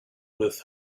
with